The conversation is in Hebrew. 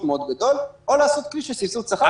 מאוד גדול או לעשות כלי של סבסוד שכר,